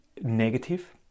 negative